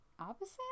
opposite